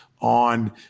on